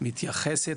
מתייחסת